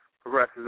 Progresses